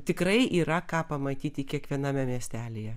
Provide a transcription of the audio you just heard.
tikrai yra ką pamatyti kiekviename miestelyje